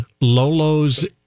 Lolo's